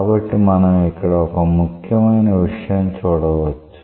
కాబట్టి మనం ఇక్కడ ఒక ముఖ్యమైన విషయం చూడవచ్చు